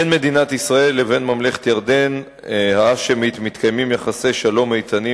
בין מדינת ישראל לבין ממלכת ירדן ההאשמית מתקיימים יחסי שלום איתנים,